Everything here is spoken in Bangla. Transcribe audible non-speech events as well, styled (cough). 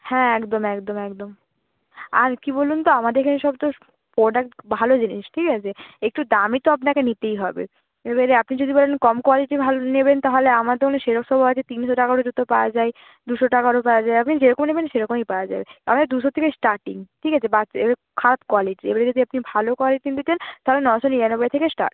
হ্যাঁ একদম একদম একদম আর কী বলুন তো আমাদের (unintelligible) সব তো প্রোডাক্ট ভালো জিনিস ঠিক আছে একটু দামি তো আপনাকে নিতেই হবে এবারে আপনি যদি বলেন কম কোয়ালিটির ভালো নেবেন তাহলে আমার দোকানে সেসবও আছে তিনশো টাকারও জুতো পাওয়া যায় দুশো টাকারও পাওয়া যায় আপনি যেরকম নেবেন সেরকমই পাওয়া যায় আমাদের দুশো থেকে স্টার্টিং ঠিক আছে (unintelligible) এবারে খারাপ কোয়ালিটির এবারে যদি আপনি ভালো কোয়ালিটির নিতেন তাহলে নশো নিরানব্বই থেকে স্টার্ট